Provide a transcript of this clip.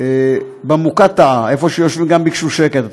במוקטעה ביקשו שקט.